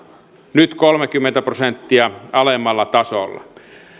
nyt kolmekymmentä prosenttia alemmalla tasolla